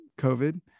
COVID